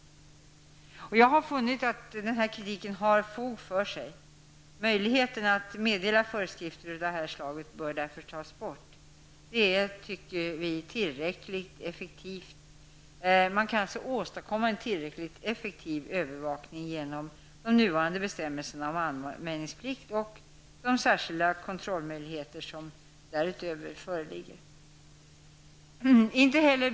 Jag har funnit att den här kritiken har fog för sig. Möjligheterna att meddela föreskrifter av det här slaget bör därför tas bort. Man kan åstadkomma en tillräckligt effektiv övervakning genom de nuvarande bestämmelserna om anmälningsplikt och de särskilda kontrollmöjligheter som därutöver föreligger.